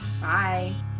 bye